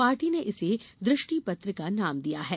party ने इसे दृष्टिपत्र का नाम दिया है